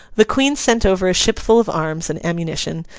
the queen sent over a ship full of arms and ammunition,